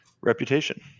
reputation